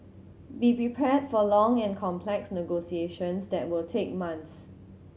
be prepared for long and complex negotiations that will take months